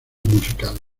musicales